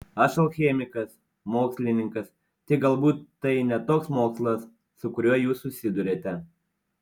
aš alchemikas mokslininkas tik galbūt tai ne toks mokslas su kuriuo jūs susiduriate